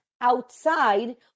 outside